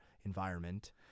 environment